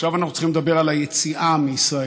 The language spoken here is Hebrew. ועכשיו אנחנו צריכים לדבר על היציאה מישראל,